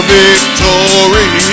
victory